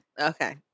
Okay